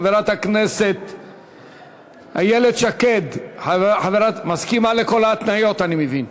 חברת הכנסת איילת מסכימה לכל ההתניות, אני מבין.